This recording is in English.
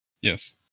Yes